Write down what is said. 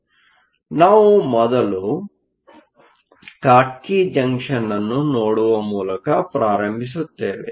ಆದ್ದರಿಂದ ನಾವು ಮೊದಲು ಸ್ಕಾಟ್ಕಿ ಜಂಕ್ಷನ್ ಅನ್ನು ನೋಡುವ ಮೂಲಕ ಪ್ರಾರಂಭಿಸುತ್ತೇವೆ